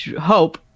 hope